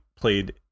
played